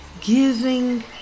giving